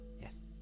Yes